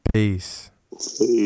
Peace